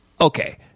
Okay